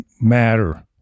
matter